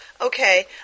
Okay